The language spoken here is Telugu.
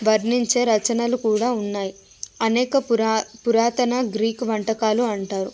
వర్ణించే రచనలు కూడా ఉన్నాయి అనేక పురా పురాతన గ్రీకు వంటకాలు అంటారు